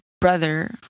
brother